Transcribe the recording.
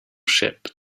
ship